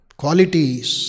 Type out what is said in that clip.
qualities